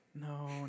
No